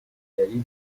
مربیگری